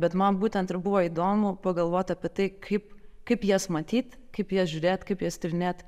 bet man būtent ir buvo įdomu pagalvot apie tai kaip kaip jas matyt kaip į jas žiūrėt kaip jas tyrinėt